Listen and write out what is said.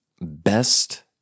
best